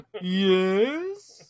yes